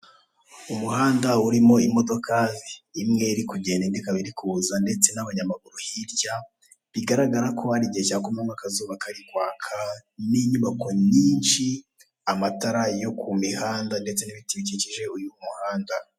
Umuhanda urimo imodoka imwe iri kugenda indi ikaba iri kuza ndetse n'abanyamaguru hirya bigaragara ko ari igihe cya kumanywa akazuba kari kwaka n'inyubako nyinshi, amatara yo ku mihanda ndetse n'ibiti bikikije uyu muhanda.